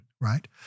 right